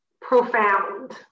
profound